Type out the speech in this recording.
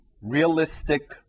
realistic